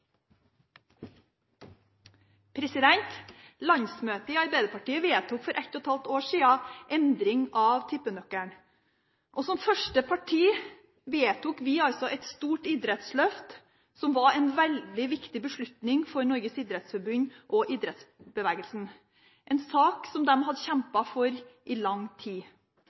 vedteke. Landsmøtet i Arbeiderpartiet vedtok for halvannet år siden å foreta en endring av tippenøkkelen. Som første parti vedtok vi altså et stort idrettsløft, som var en veldig viktig beslutning for Norges idrettsforbund og idrettsbevegelsen, en sak de hadde kjempet for i lang tid.